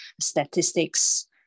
statistics